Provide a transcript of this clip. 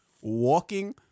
walking